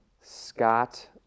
Scott